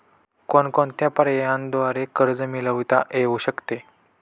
कोणकोणत्या पर्यायांद्वारे कर्ज मिळविता येऊ शकते?